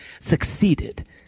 succeeded